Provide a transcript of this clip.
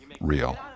real